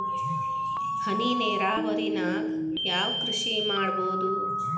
ಹನಿ ನೇರಾವರಿ ನಾಗ್ ಯಾವ್ ಕೃಷಿ ಮಾಡ್ಬೋದು?